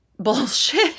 bullshit